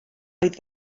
oedd